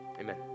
amen